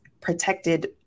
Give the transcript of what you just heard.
protected